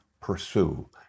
pursue